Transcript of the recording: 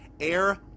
Air